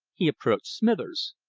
he approached smithers.